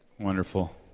Wonderful